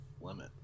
limit